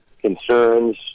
concerns